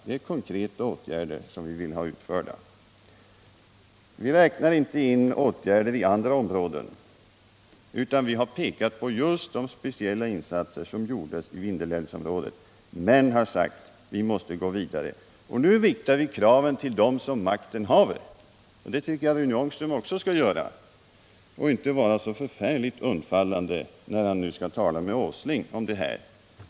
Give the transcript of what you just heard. Det är konkreta åtgärder som vi vilt ha utförda. Vi räknar inte in åtgärder i andra områden utan vi har pekat på just de speciella insatser som gjorts i Vindelälvsområdet. Men vi har sagt att vi måste gå vidare. Nu riktar vi kraven till dem som makten haver. och det tycker jag Rune Ångström också skall göra och inte vara så förfärligt undfallande när han nu skall tata med Nils Åsling om detta.